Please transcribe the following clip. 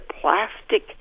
plastic